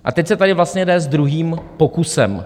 A teď se tady vlastně jde s druhým pokusem.